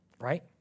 right